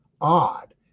odd